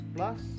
Plus